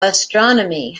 astronomy